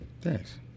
Thanks